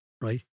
right